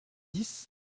dix